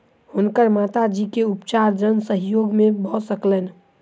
हुनकर माता जी के उपचार जन सहयोग से भ सकलैन